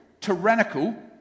tyrannical